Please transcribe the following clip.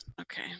Okay